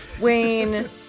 Wayne